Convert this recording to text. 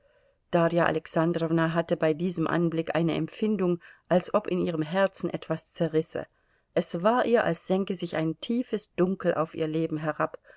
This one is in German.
darja alexandrowna hatte bei diesem anblick eine empfindung als ob in ihrem herzen etwas zerrisse es war ihr als senke sich ein tiefes dunkel auf ihr leben herab